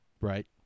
Right